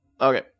Okay